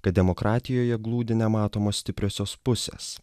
kad demokratijoje glūdi nematomos stipriosios pusės